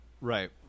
Right